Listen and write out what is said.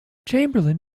chamberlain